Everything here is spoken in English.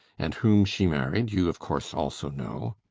and whom she married, you of course also know.